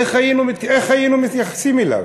איך היינו מתייחסים אליו?